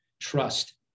trust